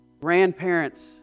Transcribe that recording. grandparents